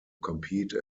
compete